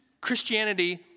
Christianity